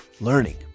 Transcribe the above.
Learning